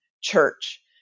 church